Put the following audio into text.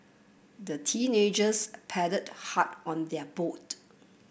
the teenagers paddled hard on their boat